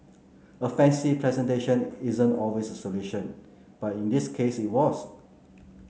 a fancy presentation isn't always a solution but in this case it was